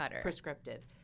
prescriptive